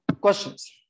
Questions